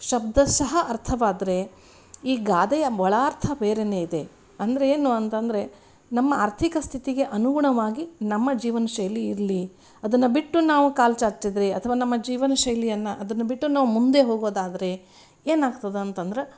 ಶಬ್ದಶಃ ಅರ್ಥವಾದರೆ ಈ ಗಾದೆಯ ಒಳಾರ್ಥ ಬೇರೆಯೇ ಇದೆ ಅಂದರೆ ಏನು ಅಂತಂದ್ರೆ ನಮ್ಮ ಆರ್ಥಿಕ ಸ್ಥಿತಿಗೆ ಅನುಗುಣವಾಗಿ ನಮ್ಮ ಜೀವನ ಶೈಲಿ ಇರಲಿ ಅದನ್ನು ಬಿಟ್ಟು ನಾವು ಕಾಲುಚಾಚಿದ್ರೆ ಅಥವಾ ನಮ್ಮ ಜೀವನ ಶೈಲಿಯನ್ನು ಅದನ್ನು ಬಿಟ್ಟು ನಾವು ಮುಂದೆ ಹೋಗೋದಾದರೆ ಏನಾಗ್ತದೆ ಅಂತಂದ್ರೆ